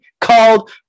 called